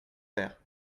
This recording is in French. faire